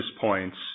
points